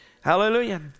hallelujah